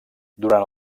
durant